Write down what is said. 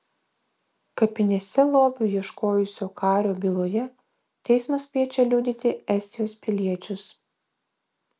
kapinėse lobių ieškojusio kario byloje teismas kviečia liudyti estijos piliečius